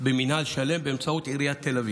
במינהל של"מ באמצעות עיריית ת"א.